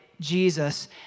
Jesus